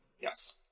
Yes